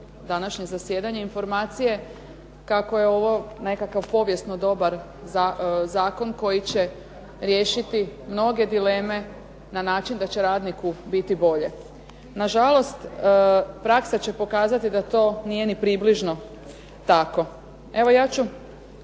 današnje zasjedanje, informacije kako je ovo nekakav povijesno dobar zakon koji će riješiti mnoge dileme na način da će radniku biti bolje. Nažalost, praksa će pokazati da to nije ni približno tako. Evo ja ću